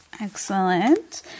Excellent